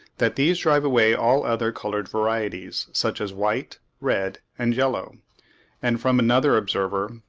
that these drive away all other coloured varieties, such as white, red, and yellow and from another observer,